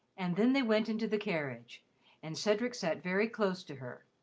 and then they went into the carriage and cedric sat very close to her,